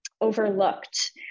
overlooked